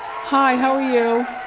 hi, how are you?